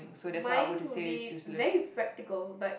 mine would be very practical but